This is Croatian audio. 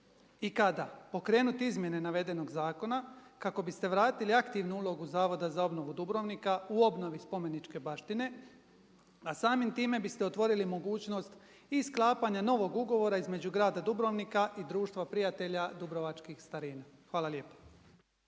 i kada pokrenuti izmjene navedenog zakona kako biste vratili aktivnu ulogu Zavoda za obnovu Dubrovnika u obnovi spomeničke baštine a samim time biste otvorili mogućnost i sklapanja novog ugovora između grada Dubrovnika i Društva prijatelja Dubrovačkih starina. Hvala lijepa.